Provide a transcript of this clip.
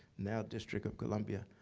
now, district of columbia.